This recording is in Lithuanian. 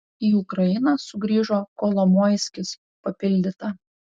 į ukrainą sugrįžo kolomoiskis papildyta